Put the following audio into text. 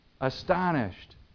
Astonished